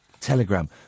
Telegram